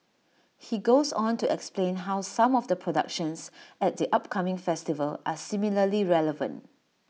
he goes on to explain how some of the productions at the upcoming festival are similarly relevant